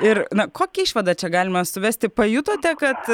ir na kokią išvadą čia galima suvesti pajutote kad